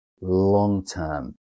long-term